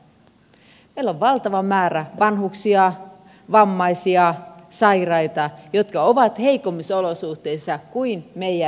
meillä on valtava määrä vanhuksia vammaisia sairaita jotka ovat heikommissa olosuhteissa kuin meidän vangit